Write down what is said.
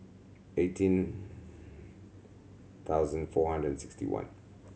eighteen thousand four hundred and sixty one